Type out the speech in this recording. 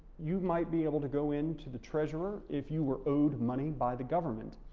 you might be able to go into the treasurer if you were owed money by the government.